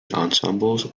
ensembles